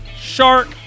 shark